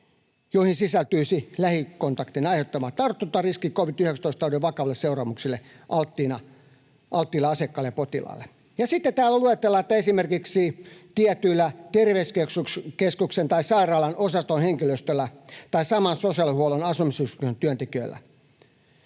joihin sisältyisi lähikontaktin aiheuttama tartuntariski covid-19-taudin vakaville seuraamuksille alttiille asiakkaille ja potilaille.” Ja sitten täällä luetellaan, että esimerkiksi tietyillä terveyskeskuksen tai sairaalan osaston henkilöstöllä tai saman sosiaalihuollon asumisyksikön työntekijöillä,